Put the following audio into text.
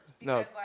No